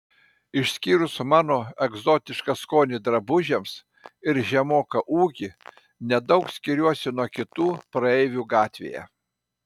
išskyrus mano egzotišką skonį drabužiams ir žemoką ūgį nedaug skiriuosi nuo kitų praeivių gatvėje